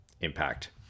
impact